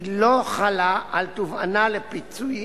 היא לא חלה על תובענה לפיצוי